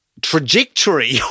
trajectory